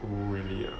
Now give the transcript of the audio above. oh really ah